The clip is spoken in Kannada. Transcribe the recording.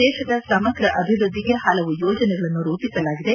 ದೇಶದ ಸಮಗ್ರ ಅಭಿವೃದ್ಧಿಗೆ ಹಲವು ಯೋಜನೆಗಳನ್ನು ರೂಪಿಸಲಾಗಿದೆ